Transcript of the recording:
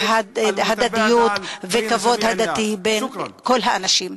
בהדדיות ובכבוד הדדי בין כל האנשים.